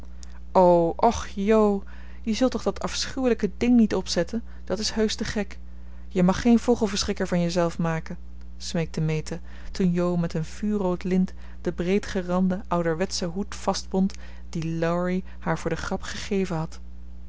o och jo je zult toch dat afschuwelijke ding niet opzetten dat is heusch te gek je mag geen vogelverschrikker van jezelf maken smeekte meta toen jo met een vuurrood lint den breedgeranden ouderwetschen hoed vastbond dien laurie haar voor de grap gegeven had